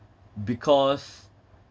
because